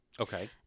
Okay